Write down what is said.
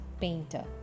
painter